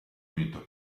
vinto